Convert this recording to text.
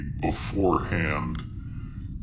beforehand